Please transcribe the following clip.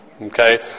Okay